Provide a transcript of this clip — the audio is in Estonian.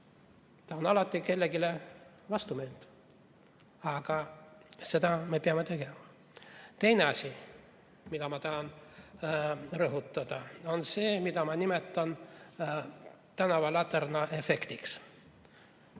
ta on alati kellelegi vastumeelne. Aga seda me peame tegema. Teine asi, mida ma tahan rõhutada, on see, mida ma nimetan tänavalaterna efektiks.